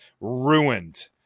Ruined